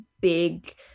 big